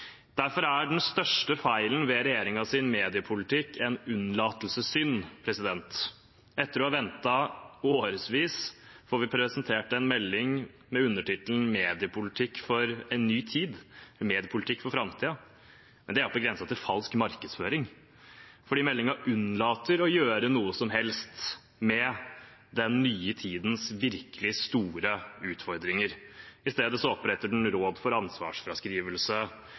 Derfor er den største feilen ved regjeringens mediepolitikk en unnlatelsessynd. Etter å ha ventet i årevis får vi presentert en melding med undertittelen Mediepolitikk for ei ny tid, mediepolitikk for framtiden. Men det er på grensen til falsk markedsføring. For meldingen unnlater å gjøre noe som helst med den nye tidens virkelig store utfordringer. I stedet oppretter den råd for ansvarsfraskrivelse